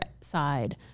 side